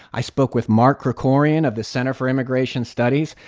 i spoke with mark krikorian of the center for immigration studies.